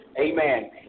Amen